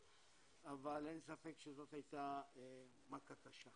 אבל אין ספק שזאת הייתה מכה קשה